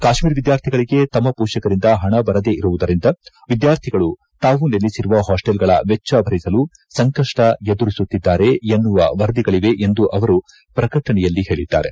ಕಾಶ್ಮೀರಿ ವಿದ್ವಾರ್ಥಿಗಳಿಗೆ ತಮ್ಮ ಪೋಷಕರಿಂದ ಹಣ ಬರದೇ ಇರುವುದರಿಂದ ವಿದ್ಯಾರ್ಥಿಗಳು ತಾವು ನೆಲೆಸಿರುವ ಹಾಸ್ಟೆಲ್ಗಳ ವೆಚ್ಚ ಭರಿಸಲು ಸಂಕಷ್ಟ ಎದುರಿಸುತ್ತಿದ್ದಾರೆ ಎನ್ನುವ ವರದಿಗಳವೆ ಎಂದು ಅವರು ಪ್ರಕಟಣೆಯಲ್ಲಿ ಹೇಳಿದ್ದಾರೆ